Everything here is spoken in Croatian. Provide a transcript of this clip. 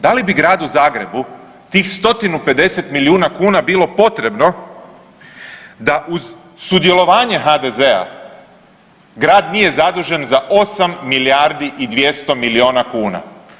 Da li bi Gradu Zagrebu tih stotinu 50 milijuna kuna bilo potrebno da uz sudjelovanje HDZ-a grad nije zadužen za 8 milijardi i 200 milijuna kuna?